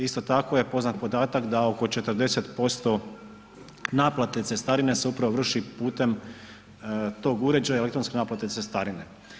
Isto tako je poznat podatak da oko 40% naplate cestarine se upravo vrši putem tog uređaja, elektronske naplate cestarine.